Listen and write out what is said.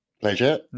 Pleasure